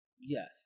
Yes